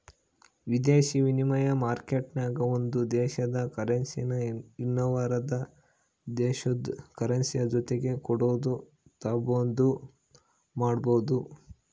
ವಿದೇಶಿ ವಿನಿಮಯ ಮಾರ್ಕೆಟ್ನಾಗ ಒಂದು ದೇಶುದ ಕರೆನ್ಸಿನಾ ಇನವಂದ್ ದೇಶುದ್ ಕರೆನ್ಸಿಯ ಜೊತಿಗೆ ಕೊಡೋದು ತಾಂಬಾದು ಮಾಡ್ಬೋದು